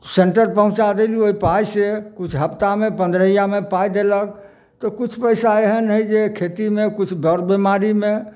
centre पहुँचा देली ओहिपाइसे किछु हप्तामे पन्द्रहियामे पाइ देलक तऽ किछु पैसा एहेन हइ जे खेतीमे किछु बड़ बिमारीमे